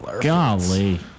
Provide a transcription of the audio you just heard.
golly